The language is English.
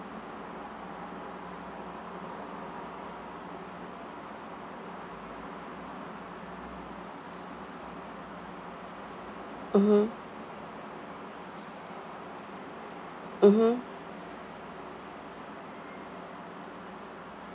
mmhmm mmhmm